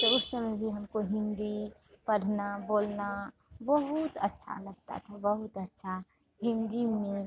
तो उस समय भी हमको हिन्दी पढ़ना बोलना बहुत अच्छा लगता था बहुत अच्छा हिन्दी में